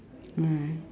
right